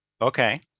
Okay